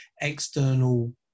external